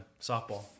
Softball